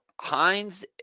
Heinz